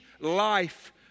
life